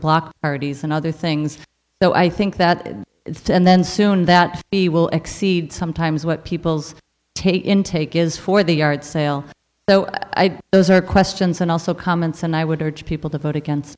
block parties and other things so i think that and then soon that he will exceed sometimes what people's intake is for the yard sale so those are questions and also comments and i would urge people to vote